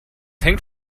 hängt